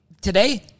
today